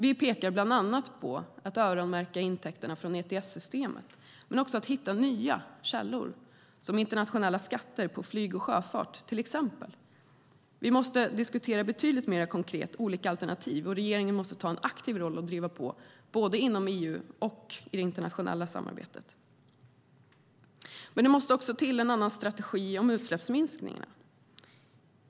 Vi pekar bland annat på att man ska öronmärka intäkterna från ETS och även hitta nya källor, som internationella skatter på till exempel flyg och sjöfart. Vi måste diskutera olika alternativ betydligt mer konkret, och regeringen måste ta en aktiv roll och driva på både inom EU och i det internationella samarbetet. Det måste också till en annan strategi för utsläppsminskningarna.